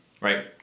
right